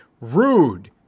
Rude